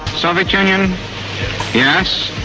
soviet union yes.